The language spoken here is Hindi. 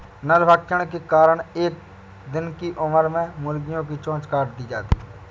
नरभक्षण के कारण एक दिन की उम्र में मुर्गियां की चोंच काट दी जाती हैं